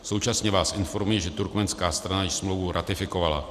Současně vás informuji, že turkmenská strana již smlouvu ratifikovala.